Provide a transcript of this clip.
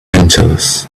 angeles